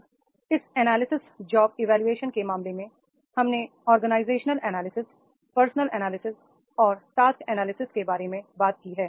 अब इस analysis jobs evolution के मामले में हमने ऑर्गेनाइजेशन एनालिसिस पर्सन एनालिसिस और टास्क एनालिसिस के बारे में बात की है